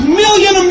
million